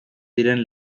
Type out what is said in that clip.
diren